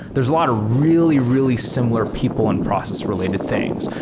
there's a lot of really, really similar people and process related things.